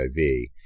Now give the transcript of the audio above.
HIV